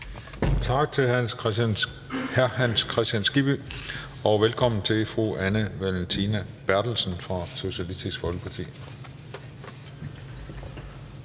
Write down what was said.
Tak til hr. Hans Kristian Skibby. Velkommen til fru Anne Valentina Berthelsen fra Socialistisk Folkeparti.